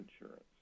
insurance